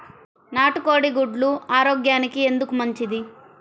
నాటు కోడి గుడ్లు ఆరోగ్యానికి ఎందుకు మంచిది?